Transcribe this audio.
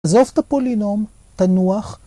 עזוב את הפולינום, תנוח.